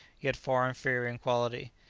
yet far inferior in quality.